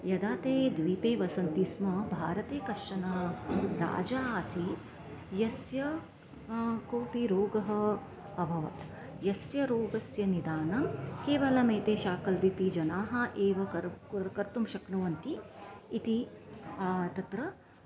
यदा ते द्वीपे वसन्ति स्म भारते कश्चन राजा आसीत् यस्य कोपि रोगः अभवत् यस्य रोगस्य निदानं केवलमेते शाकलद्वीपी जनाः एव कर् कुर् कर्तुं शक्नुवन्ति इति तत्र